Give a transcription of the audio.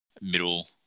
Middle